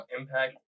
impact